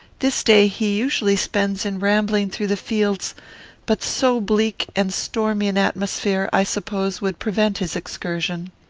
this day he usually spends in rambling through the fields but so bleak and stormy an atmosphere, i suppose, would prevent his excursion.